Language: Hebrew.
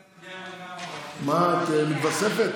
ההצבעה שלה לא נקלטה.